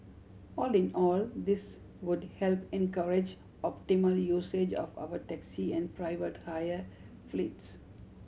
all in all this would help encourage optimal usage of our taxi and private hire fleets